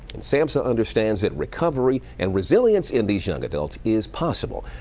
samsa understands that recovery and resilience in these young adults is possible.